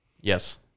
Yes